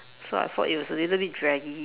so I thought it was a little bit draggy